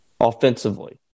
Offensively